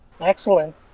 excellent